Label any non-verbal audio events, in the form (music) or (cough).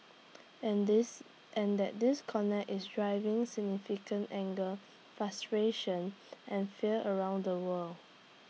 and this and that disconnect is driving significant anger (noise) frustration (noise) and fear around the world